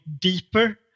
deeper